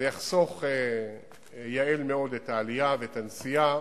זה יחסוך, ייעל מאוד את העלייה ואת הנסיעה.